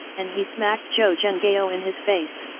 and he smacked zhou zhenghao in his face.